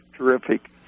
terrific